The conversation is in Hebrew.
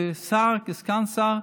כשר, כסגן שר,